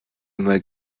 mal